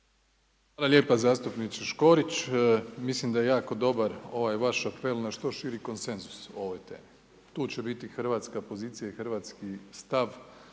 Hvala lijepa zastupniče Škorić. Mislim da je jako dobar ovaj vaš apel na što širi konsenzus o ovoj temi. Tu će biti Hrvatska pozicija i hrvatski stav